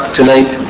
tonight